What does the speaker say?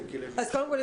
קודם כל,